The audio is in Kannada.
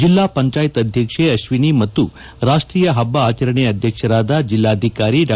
ಜಲ್ಲಾ ಪಂಚಾಯತ್ ಅಧ್ಯಕ್ಷೆ ಅತ್ವಿನಿ ಮತ್ತು ರಾಷ್ಟೀಯ ಹಬ್ಬ ಆಚರಣೆ ಅಧ್ಯಕ್ಷರಾದ ಜಿಲ್ಲಾಧಿಕಾರಿ ಡಾ